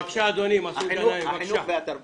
בבקשה, אדוני, מסעוד גנאים ,בבקשה.